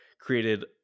created